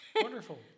Wonderful